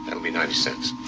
that'll be ninety cents.